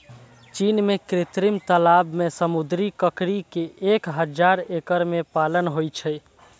चीन मे कृत्रिम तालाब मे समुद्री ककड़ी के एक हजार एकड़ मे पालन होइ छै